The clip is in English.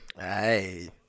Hey